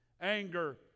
Anger